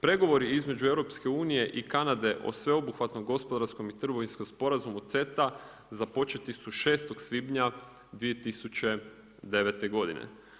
Pregovori između EU-a i Kanade o sveobuhvatnom gospodarskom i trgovinskom sporazumu, CETA, započeti su 06. svibnja 2000. godine.